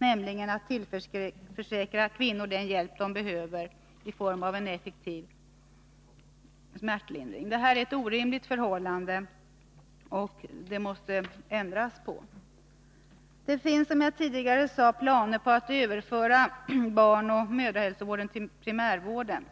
om att tillförsäkra kvinnorna den hjälp de behöver i form av en effektiv smärtlindring. Detta är ett orimligt förhållande och måste ändras. Det finns, som jag tidigare sade, planer på att överföra barnoch mödrahälsovården till primärvården.